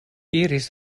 iris